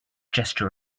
gesture